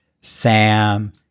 Sam